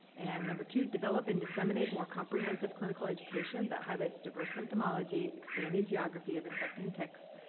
and number two, develop and disseminate more comprehensive clinical education that highlights diverse symptomology, expanding geography of infecting ticks,